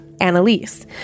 Annalise